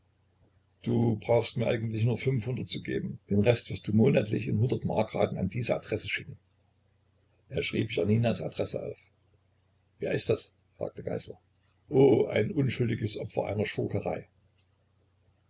du brauchst mir eigentlich nur fünfhundert zu geben den rest wirst du monatlich in hundert mark raten an diese adresse schicken er schrieb janinas adresse auf wer ist das fragte geißler o ein unschuldiges opfer einer schurkerei